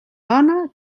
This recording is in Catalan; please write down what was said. dona